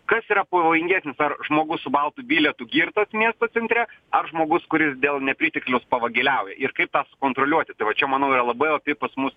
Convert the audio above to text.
kas yra pavojingesnis ar žmogus su baltu bilietu girtas miesto centre ar žmogus kuris dėl nepritekliaus pavagiliauja ir kaip tą sukontroliuoti tai vat čia manau yra labai opi pas mus